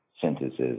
sentences